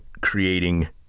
creating